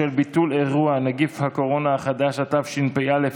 חבר הכנסת אוריאל בוסו, חבר הכנסת ואטורי,